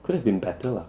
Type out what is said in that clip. could have been better lah